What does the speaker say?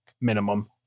minimum